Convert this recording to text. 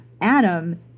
Adam